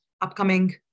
upcoming